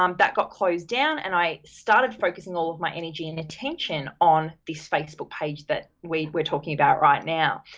um that got closed down and i started focusing all of my energy and attention on this facebook page that we're we're talking about right now.